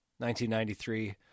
1993